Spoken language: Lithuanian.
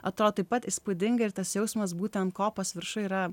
atrodo taip pat įspūdinga ir tas jausmas būtent kopos viršuj yra